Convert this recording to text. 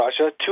Russia